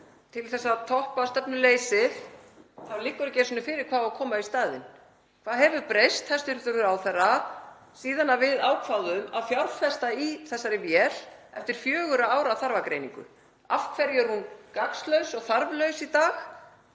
Til að toppa stefnuleysið þá liggur ekki einu sinni fyrir hvað á að koma í staðinn. Hvað hefur breyst, hæstv. ráðherra, síðan að við ákváðum að fjárfesta í þessari vél eftir fjögurra ára þarfagreiningu? Af hverju er hún gagnslaus og þarflaus í dag?